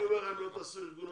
אם לא תעשו איגוד,